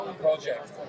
project